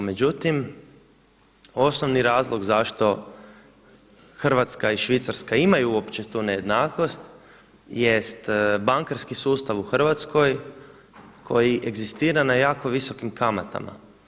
Međutim, osnovni razlog zašto Hrvatska i Švicarska imaju uopće tu nejednakost jest bankarski sustav u Hrvatskoj koji egzistira na jako visokim kamatama.